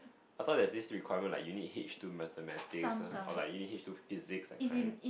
I though there's this requirement like you need H Two Mathematics or you need H Two Physics that kind